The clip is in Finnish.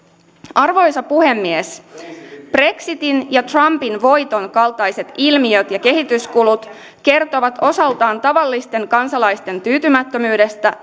arvoisa puhemies brexitin ja trumpin voiton kaltaiset ilmiöt ja kehityskulut kertovat osaltaan tavallisten kansalaisten tyytymättömyydestä